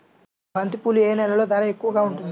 బంతిపూలు ఏ నెలలో ధర ఎక్కువగా ఉంటుంది?